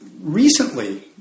recently